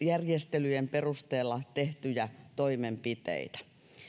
järjestelyjen perusteella tehtyjä toimenpiteitä